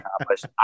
accomplished